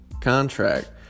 contract